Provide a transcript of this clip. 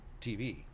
TV